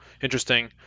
interesting